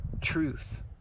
truth